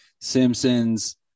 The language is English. Simpsons